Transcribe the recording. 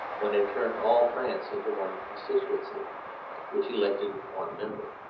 when it turned all france into one constituency which elected one member.